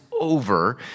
Over